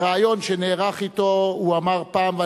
בריאיון שנערך אתו הוא אמר פעם: